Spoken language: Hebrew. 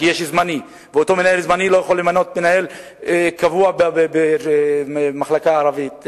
יש מנהל זמני והוא לא יכול למנות מנהל קבוע במחלקה הערבית.